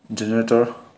janitor